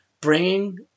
bringing